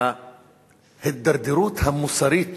ההידרדרות המוסרית